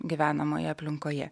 gyvenamoje aplinkoje